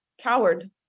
Coward